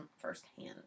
firsthand